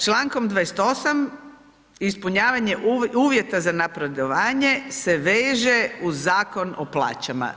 Člankom 28. ispunjavanja uvjeta za napredovanje se veže uz Zakon o plaćama.